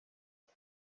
res